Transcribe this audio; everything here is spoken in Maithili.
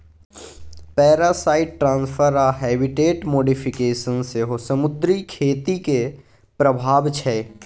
पैरासाइट ट्रांसफर आ हैबिटेट मोडीफिकेशन सेहो समुद्री खेतीक प्रभाब छै